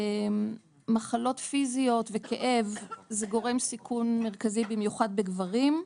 מחלות פיזיות וכאב זה גורם סיכון מרכזי במיוחד בגברים.